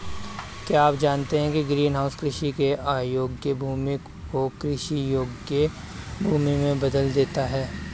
क्या आप जानते है ग्रीनहाउस कृषि के अयोग्य भूमि को कृषि योग्य भूमि में बदल देता है?